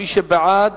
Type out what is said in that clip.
מי שבעד